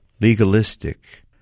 legalistic